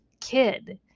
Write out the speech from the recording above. kid